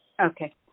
Okay